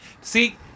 See